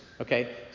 okay